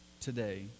today